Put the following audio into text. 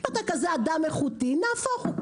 אם אתה כזה אדם איכותי נהפוך הוא.